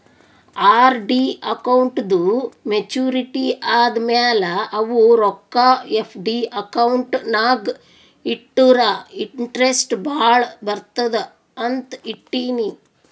RD ಅಕೌಂಟ್ದೂ maturity ಆದಮ್ಯಾಲ ಅವು ರೊಕ್ಕಾ ಎಫ್.ಡಿ ಅಕೌಂಟ್ ನಾಗ್ ಇಟ್ಟುರ ಇಂಟ್ರೆಸ್ಟ್ ಭಾಳ ಬರ್ತುದ ಅಂತ್ ಇಟ್ಟೀನಿ